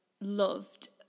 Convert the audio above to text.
loved